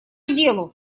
делу